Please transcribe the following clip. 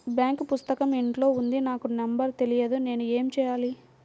Bank పుస్తకం ఇంట్లో ఉంది నాకు నంబర్ తెలియదు నేను ఏమి చెయ్యాలి?